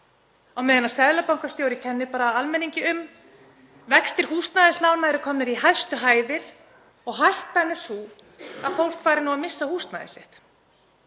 á meðan seðlabankastjóri kenni bara almenningi um. Vextir húsnæðislána eru komnir í hæstu hæðir og hættan er sú að fólk fari nú að missa húsnæði sitt.